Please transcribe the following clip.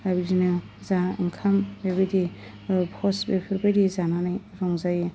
आरो बिदिनो जा ओंखाम बेबायदि पस्ट बेफोरबायदि जानानै रंजायो